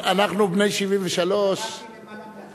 אנחנו בני 73. אמרתי "למעלה מ-40 שנה".